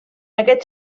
aquest